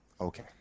Okay